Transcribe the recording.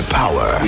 power